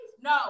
no